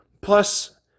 Plus